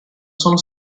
sono